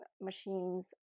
machines